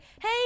hey